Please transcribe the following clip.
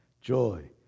joy